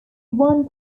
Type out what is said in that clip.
one